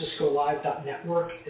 CiscoLive.network